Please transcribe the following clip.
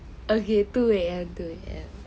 okay two A_M two A_M